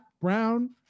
brown